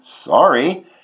sorry